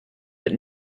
but